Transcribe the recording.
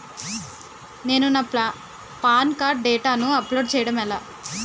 నేను నా PAN card డేటాను అప్లోడ్ చేయడం ఎలా?